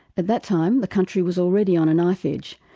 at that time the country was already on a knife-edge,